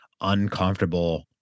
uncomfortable